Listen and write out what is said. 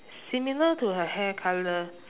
similar to her hair colour